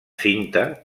cinta